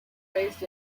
based